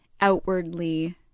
outwardly